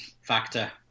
factor